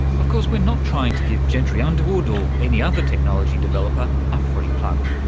of course we're not trying to give gentry underwood or any other technology developer a free plug,